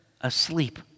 asleep